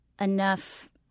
enough